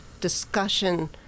discussion